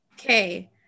Okay